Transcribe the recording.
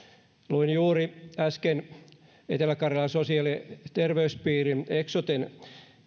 luin juuri äsken etelä karjalan sosiaali ja terveyspiirin eksoten